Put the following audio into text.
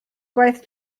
gwaith